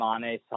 Mane